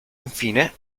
infine